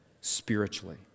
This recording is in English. spiritually